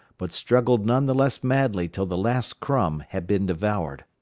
but struggled none the less madly till the last crumb had been devoured.